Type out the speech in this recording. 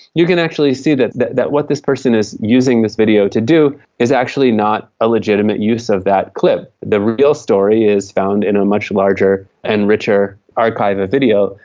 you can actually see that that what this person is using this video to do is actually not a legitimate use of that clip. the real story is found in a much larger and richer archive of video,